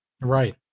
right